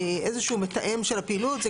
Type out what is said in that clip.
איזה שהוא מתאם של הפעילות.